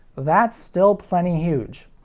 that's still plenty huge.